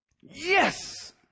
Yes